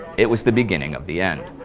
it was the beginning of the end.